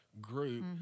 Group